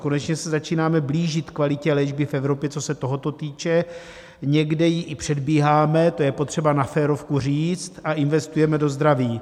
Konečně se začínáme blížit kvalitě léčby v Evropě, co se tohoto týče, někdy ji i předbíháme to je potřeba na férovku říct a investujeme do zdraví.